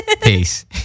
Peace